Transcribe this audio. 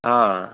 ہاں